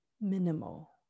minimal